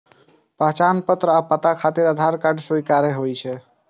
पहचान पत्र आ पता खातिर आधार कार्ड स्वीकार्य होइ छै